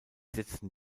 setzen